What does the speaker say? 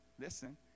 Listen